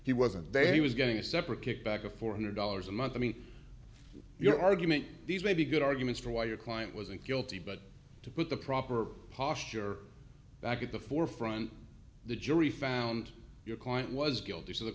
he wasn't they he was getting a separate kickback of four hundred dollars a month i mean your argument these may be good arguments for why your client wasn't guilty but to put the proper posture back at the forefront the jury found your client was guilty so the